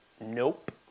Nope